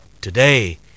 Today